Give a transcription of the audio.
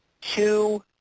Two